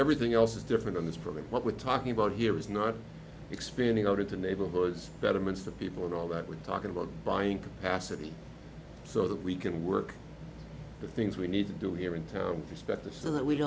everything else is different and that's probably what we're talking about here is not expanding out into neighborhoods betterments the people in all that we're talking about buying capacity so that we can work the things we need to do here in town